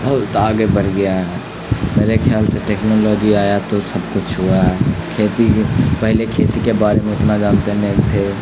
بہت آگے بڑھ گیا ہے میرے خیال سے ٹیکنالوجی آیا تو سب کچھ ہوا ہے کھیتی پہلے کھیتی کے بارے میں اتنا جانتے نہیں تھے